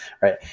right